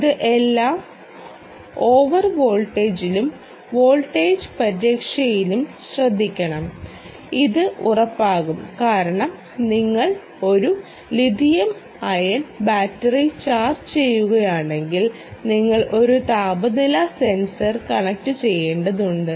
ഇത് എല്ലാ ഓവർ വോൾട്ടേജിലും വോൾട്ടേജ് പരിരക്ഷയിലും ശ്രദ്ധിക്കും ഇത് ഉറപ്പാക്കും കാരണം നിങ്ങൾ ഒരു ലിഥിയം അയൺ ബാറ്ററി ചാർജ് ചെയ്യുകയാണെങ്കിൽ നിങ്ങൾ ഒരു താപനില സെൻസർ കണക്റ്റുചെയ്യേണ്ടതുണ്ട്